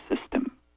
system